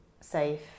safe